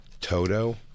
Toto